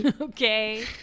okay